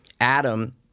Adam